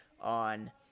on